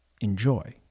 Enjoy